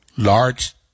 Large